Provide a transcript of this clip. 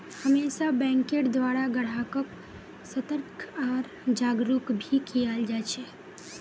हमेशा बैंकेर द्वारा ग्राहक्क सतर्क आर जागरूक भी कियाल जा छे